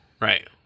right